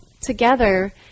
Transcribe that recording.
together